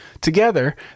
Together